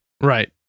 Right